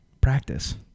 practice